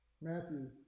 Matthew